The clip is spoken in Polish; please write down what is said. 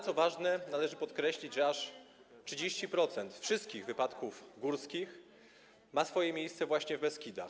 Co ważne, należy podkreślić, że aż 30% wszystkich wypadków górskich ma miejsce właśnie w Beskidach.